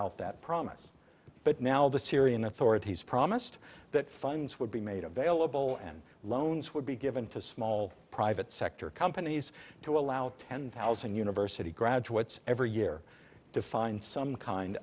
out that promise but now the syrian authorities promised that funds would be made available and loans would be given to small private sector companies to allow ten thousand university graduates every year to find some kind